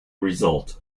result